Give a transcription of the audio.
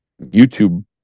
YouTube